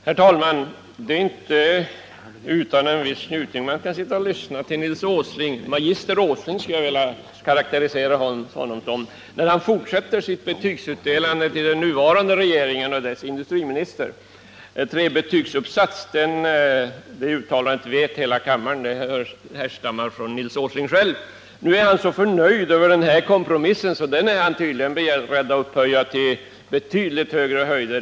Herr talman! Det är inte utan en viss njutning man lyssnar till Nils Åsling — som magister Åsling skulle jag vilja karakterisera honom — när han fortsätter sitt betygsutdelande till den nuvarande regeringen och dess industriminister. Trebetygsuppsats — den beskrivningen vet alla här i kammaren härstammar från Nils Åsling själv. Däremot är han så nöjd över kompromissen i utskottet att han tydligen är beredd att upphöja den till betydligt högre höjder.